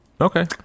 okay